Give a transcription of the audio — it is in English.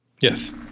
Yes